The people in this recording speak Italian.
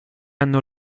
hanno